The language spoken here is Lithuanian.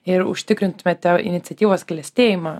ir užtikrintumėte iniciatyvos klestėjimą